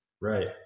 Right